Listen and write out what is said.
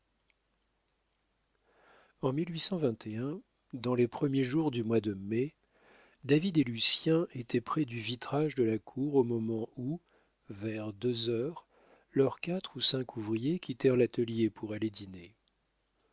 en dans les premiers jours du moi de mai david et lucien étaient près du vitrage de la cour au moment où vers deux heures leurs quatre ou cinq ouvriers quittèrent l'atelier pour aller dîner